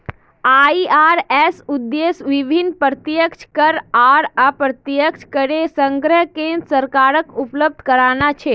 IRS उद्देश्य विभिन्न प्रत्यक्ष कर आर अप्रत्यक्ष करेर संग्रह केन्द्र सरकारक उपलब्ध कराना छे